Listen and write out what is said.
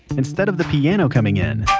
instead of the piano coming in